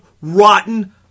rotten